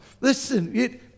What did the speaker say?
Listen